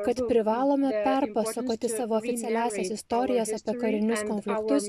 kad privalome perpasakoti savo oficialiąsias istorijas apie karinius konfliktus